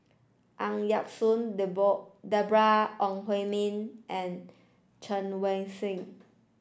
Ang Yau Choon Deborah Ong Hui Min and Chen Wen Hsi